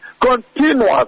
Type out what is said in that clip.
continuous